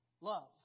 love